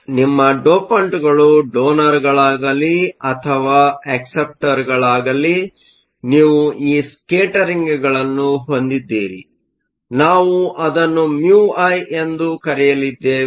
ಆದರೆ ನಿಮ್ಮ ಡೋಪಂಟ್ಗಳು ಡೋನರ್ಗಳಾಗಲಿ ಅಥವಾ ಅಕ್ಸೆಪ್ಟರ್ಗಳಾಗಲಿ ನೀವು ಈ ಸ್ಕೇಟರಿಂಗ್ಗಳನ್ನು ಹೊಂದಿದ್ದೀರಿ ನಾವು ಅದನ್ನು ಮ್ಯೂಐμi ಎಂದು ಕರೆಯಲಿದ್ದೇವೆ